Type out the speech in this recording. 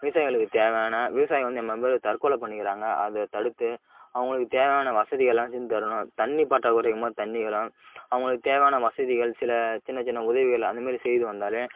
விவசாயிகளுக்கு தேவையான விவசாயி வந்து எம்மா பேரு தற்கொலை பண்ணிக்கிறாங்க அதை தடுத்து அவங்களுக்கு தேவையான வசதிகள்லாம் செஞ்சி தரணும் தண்ணி பற்றாக்குறையாக இருக்கும்மோது தண்ணிகலாம் அவங்களுக்கு தேவையான வசதிகள் சில சின்ன சின்ன உதவிகள் அந்த மாரி செய்து வந்தால்